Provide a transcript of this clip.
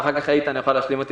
ואחר כך איתן יוכל להשלים.